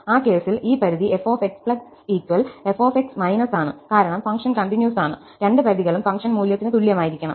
ആ കേസിൽ ഈ പരിധി f x f x− ആണ് കാരണം ഫംഗ്ഷൻ കണ്ടിന്യൂസ് ആണ് രണ്ട് പരിധികളും ഫംഗ്ഷൻ മൂല്യത്തിന് തുല്യമായിരിക്കണം